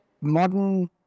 modern